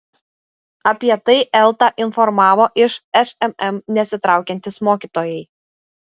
apie tai eltą informavo iš šmm nesitraukiantys mokytojai